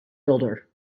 builder